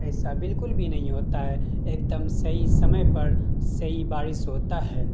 ایسا بالکل بھی نہیں ہوتا ہے ایک دم صحیح سمے پر صحیح بارش ہوتا ہے